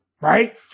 Right